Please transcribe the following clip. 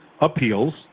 appeals